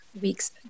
week's